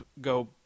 go